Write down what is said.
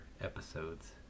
episodes